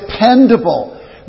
dependable